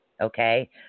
Okay